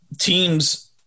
teams